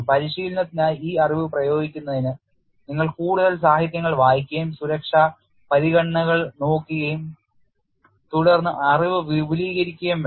പരിശീലനത്തിനായി ഈ അറിവ് പ്രയോഗിക്കുന്നതിന് നിങ്ങൾ കൂടുതൽ സാഹിത്യങ്ങൾ വായിക്കുകയും സുരക്ഷാ പരിഗണനകൾ നോക്കുകയും തുടർന്ന് അറിവ് വിപുലീകരിക്കുകയും വേണം